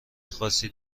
خاصی